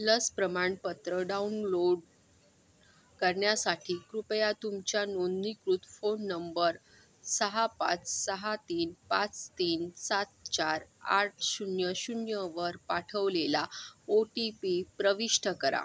लस प्रमाणपत्र डाउनलोड करण्यासाठी कृपया तुमच्या नोंदणीकृत फोन नंबर सहा पाच सहा तीन पाच तीन सात चार आठ शून्य शून्यवर पाठवलेला ओ टी पी प्रविष्ट करा